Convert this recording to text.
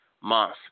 month